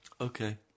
Okay